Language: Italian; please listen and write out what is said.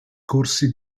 corsi